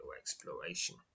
exploration